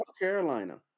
Carolina